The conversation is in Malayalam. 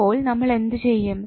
അപ്പോൾ നമ്മൾ എന്ത് ചെയ്യും